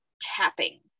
tapping